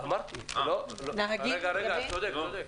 צודק.